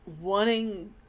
wanting